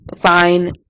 fine